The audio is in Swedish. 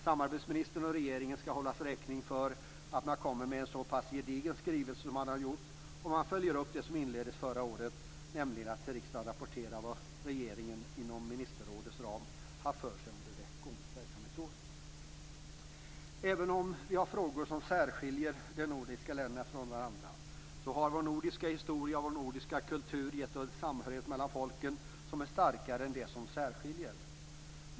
Samarbetsministern och regeringen skall hållas räkning för att man kommer med en så pass gedigen skrivelse som man gör. Med detta följer man upp det som inleddes förra året, nämligen att till riksdagen rapportera vad regeringen inom det nordiska ministerrådets ram har haft för sig under gånget verksamhetsår. Även om vi har frågor som särskiljer de nordiska länderna från varandra har vår nordiska historia och vår nordiska kultur gett en samhörighet mellan folken som är starkare än det som särskiljer.